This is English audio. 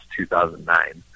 2009